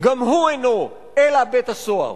גם הוא אינו אלא בית-הסוהר.